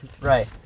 Right